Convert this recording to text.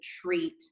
treat